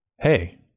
hey